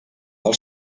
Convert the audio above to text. del